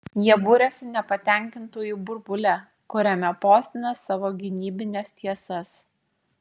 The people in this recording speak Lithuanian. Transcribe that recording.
jie buriasi nepatenkintųjų burbule kuriame postina savo gynybines tiesas